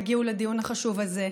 הגיעו לדיון החשוב הזה.